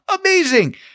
amazing